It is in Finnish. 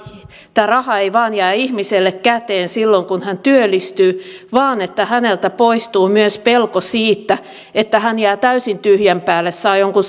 tämä raha ei vain jää ihmiselle käteen silloin kun hän työllistyy vaan häneltä poistuu myös pelko siitä että hän jää täysin tyhjän päälle saa jonkun